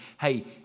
hey